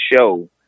show